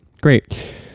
great